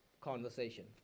conversation